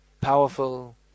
powerful